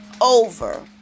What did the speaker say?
over